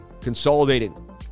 Consolidating